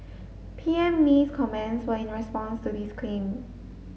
P M Lee's comments were in response to this claim